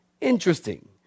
Interesting